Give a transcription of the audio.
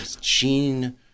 Gene